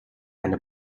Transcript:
eine